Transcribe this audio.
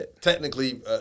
technically